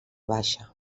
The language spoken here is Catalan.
baixa